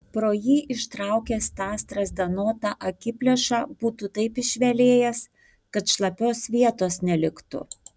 pro jį ištraukęs tą strazdanotą akiplėšą būtų taip išvelėjęs kad šlapios vietos neliktų